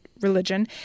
religion